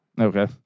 Okay